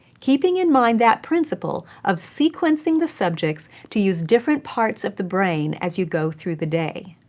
keeping in mind that principle of sequencing the subjects to use different parts of the brain as you go through the day.